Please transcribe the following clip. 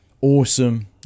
Awesome